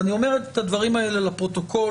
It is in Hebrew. אני אומר את הדברים האלה לפרוטוקול